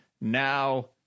Now